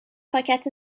پاکت